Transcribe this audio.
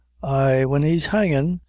ay, when he's, hangin',